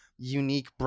Unique